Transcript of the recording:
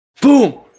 Boom